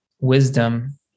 wisdom